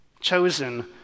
chosen